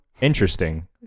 Interesting